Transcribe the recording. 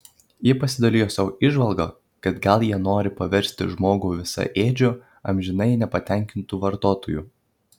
ji pasidalijo savo įžvalga kad gal jie norį paversti žmogų visaėdžiu amžinai nepatenkintu vartotoju